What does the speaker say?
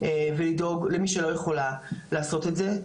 ולדאוג למי שלא יכולה לעשות את זה.